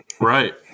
Right